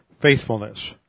faithfulness